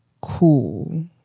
cool